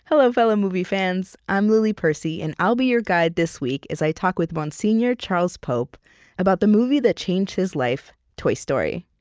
hello, fellow movie fans. i'm lily percy, and i'll be your guide this week as i talk with monsignor charles pope about the movie that changed his life, toy story.